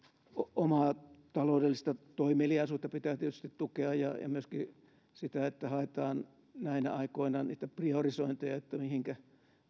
omaa taloudellista toimeliaisuutta pitää tietysti tukea ja ja myöskin sitä että haetaan näinä aikoina niitä priorisointeja mihinkä ne